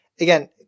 Again